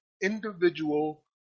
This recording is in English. individual